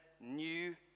new